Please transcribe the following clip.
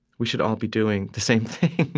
we should all be doing the same thing.